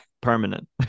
permanent